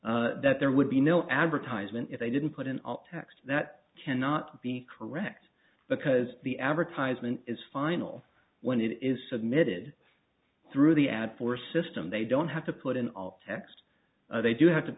theory that there would be no advertisement if they didn't put in all text that cannot be correct because the advertisement is final when it is submitted through the ad for system they don't have to put in all text they do have to